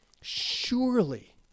surely